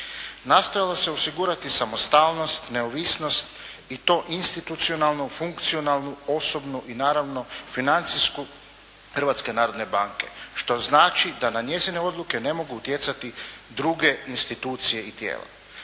Nastojalo se osigurati samostalnost, neovisnost i to institucionalno, funkcionalnu, osobnu i naravno financijsku Hrvatske narodne banke, što znači da na njezine odluke ne mogu utjecati druge institucije i tijela.